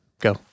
Go